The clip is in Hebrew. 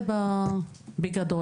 זה בגדול.